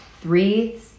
three